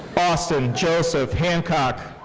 austin joseph hancock.